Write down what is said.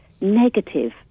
negative